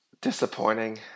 Disappointing